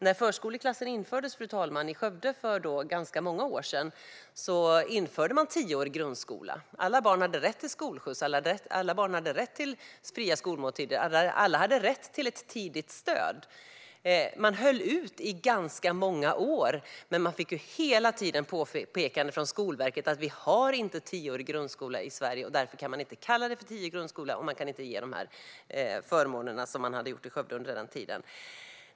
När förskoleklassen infördes, fru talman, i Skövde för ganska många år sedan införde man tioårig grundskola. Alla barn hade rätt till skolskjuts, alla barn hade rätt till fria skolmåltider och alla barn hade rätt till ett tidigt stöd. Man höll ut i ganska många år, men man fick hela tiden påpekanden från Skolverket om att vi inte har tioårig grundskola i Sverige. Därför kan man inte kalla det för tioårig grundskola, och man kan inte ge de förmåner som man gav i Skövde under denna tid.